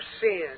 sin